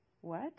What